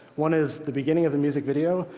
one is the beginning of the music video.